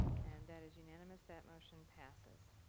and that is unanimous, that motion passes.